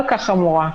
כל כך חמורה,